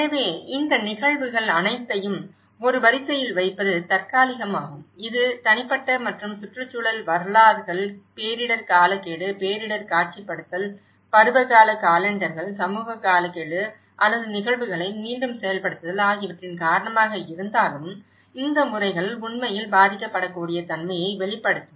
எனவே இந்த நிகழ்வுகள் அனைத்தையும் ஒரு வரிசையில் வைப்பது தற்காலிகம் ஆகும் இது தனிப்பட்ட மற்றும் சுற்றுச்சூழல் வரலாறுகள் பேரிடர் காலக்கெடு பேரிடர் காட்சிப்படுத்தல் பருவகால காலெண்டர்கள் சமூக காலக்கெடு அல்லது நிகழ்வுகளை மீண்டும் செயல்படுத்துதல் ஆகியவற்றின் காரணமாக இருந்தாலும் இந்த முறைகள் உண்மையில் பாதிக்கப்படக்கூடிய தன்மையை வெளிப்படுத்தும்